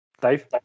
Dave